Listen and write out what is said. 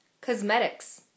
Cosmetics